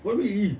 what do you !ee!